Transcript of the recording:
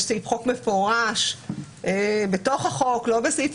יש סעיף חוק מפורש בתוך החוק ולא בסעיף